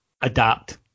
adapt